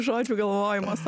žodžių galvojimas